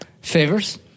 Favors